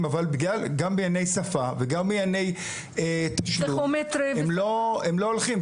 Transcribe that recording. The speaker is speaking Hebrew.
אבל בגלל הבדלי שפה הם לא הולכים.